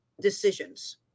decisions